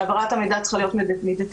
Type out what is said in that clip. שהעברת המידע צריכה להיות מידתית,